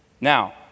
Now